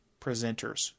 presenters